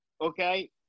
Okay